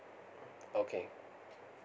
okay